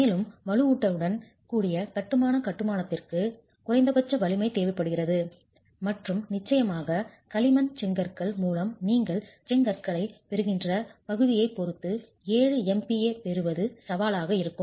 மேலும் வலுவூட்டலுடன் கூடிய கட்டுமான கட்டுமானத்திற்கு குறைந்தபட்ச வலிமை தேவைப்படுகிறது மற்றும் நிச்சயமாக களிமண் செங்கற்கள் மூலம் நீங்கள் செங்கற்களைப் பெறுகின்ற பகுதியைப் பொறுத்து 7 MPa பெறுவது சவாலாக இருக்கும்